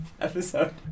Episode